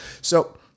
So-